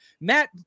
Matt